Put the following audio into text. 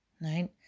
right